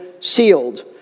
sealed